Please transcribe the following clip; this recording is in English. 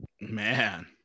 Man